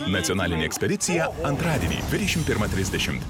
nacionalinė ekspedicija antradienį dvidešim pirmą trisdešimt